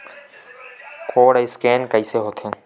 Code scan कइसे होथे?